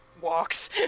Walks